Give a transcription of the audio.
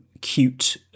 cute